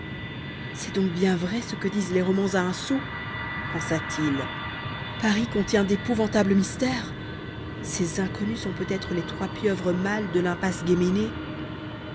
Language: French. c'est donc bien vrai ce que disent les romans à un sou pensat il paris contient d'épouvantables mystères ces inconnus sont peut-être les trois pieuvres mâles de l'impasse